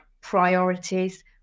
priorities